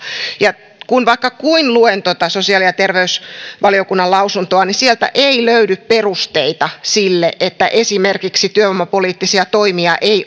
kun vaikka kuinka luen tuota sosiaali ja terveysvaliokunnan lausuntoa niin sieltä ei löydy perusteita sille että esimerkiksi työvoimapoliittisia toimia ei